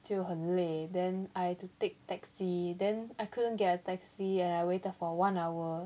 就很累 then I have to take taxi then I couldn't get a taxi and I waited for one hour